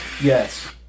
Yes